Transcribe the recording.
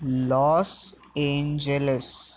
Los Angeles